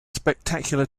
spectacular